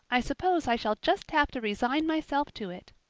i suppose i shall just have to resign myself to it.